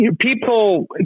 People